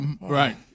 Right